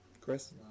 Chris